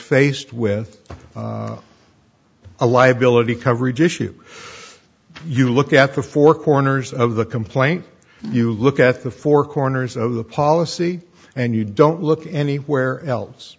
faced with a liability coverage issue you look at the four corners of the complaint you look at the four corners of the policy and you don't look anywhere else